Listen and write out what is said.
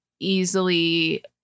Easily